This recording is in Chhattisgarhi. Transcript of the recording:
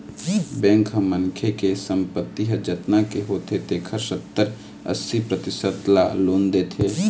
बेंक ह मनखे के संपत्ति ह जतना के होथे तेखर सत्तर, अस्सी परतिसत ल लोन देथे